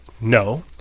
No